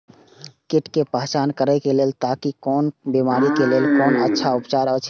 कीट के पहचान करे के लेल ताकि कोन बिमारी के लेल कोन अच्छा उपचार अछि?